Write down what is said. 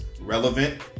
relevant